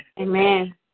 Amen